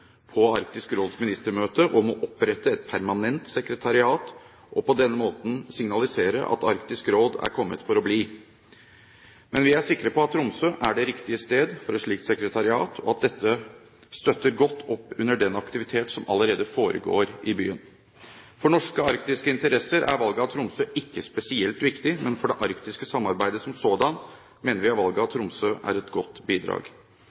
på Arktisk Råds ministermøte om å opprette et permanent sekretariat og på denne måten signalisere at Arktisk Råd er kommet for å bli. Men vi er sikre på at Tromsø er det riktige sted for et slikt sekretariat, og at dette støtter godt opp under den aktivitet som allerede foregår i byen. For norske arktiske interesser er valget av Tromsø ikke spesielt viktig, men for det arktiske samarbeidet som sådant mener vi at valget av Tromsø er et godt bidrag.